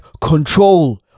control